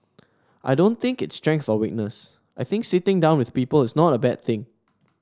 I don't think it's strength or weakness I think sitting down with people is not a bad thing